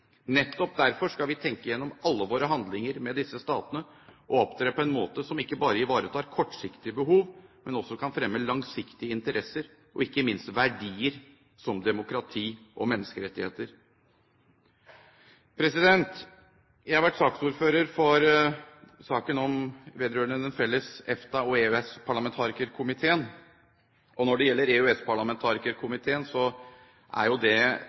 Nettopp derfor skal vi tenke over alle våre handlinger med disse statene, og opptre på en måte som ikke bare ivaretar kortsiktige behov, men som også kan fremme langsiktige interesser, ikke minst verdier som demokrati og menneskerettigheter. Jeg har vært ordfører for saken vedrørende EFTA-parlamentarikerkomiteene og Den felles EØS-parlamentarikerkomiteen. Når det gjelder EØS-parlamentarikerkomiteen, er jo